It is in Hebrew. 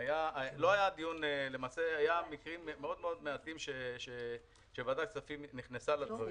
המקרים מעטים שוועדת הכספים נכנסה לדברים.